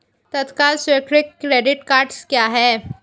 तत्काल स्वीकृति credit cards क्या हैं?